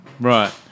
Right